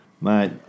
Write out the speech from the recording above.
mate